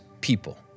people